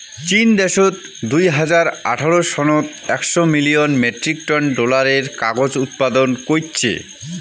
চীন দ্যাশত দুই হাজার আঠারো সনত একশ মিলিয়ন মেট্রিক টন ডলারের কাগজ উৎপাদন কইচ্চে